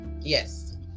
Yes